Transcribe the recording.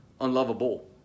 unlovable